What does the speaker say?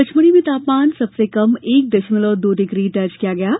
पचमढ़ी में तापमान सबसे कम एक दशमलव दो डिग्री दर्ज किया गया है